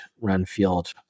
Renfield